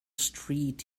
street